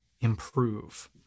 improve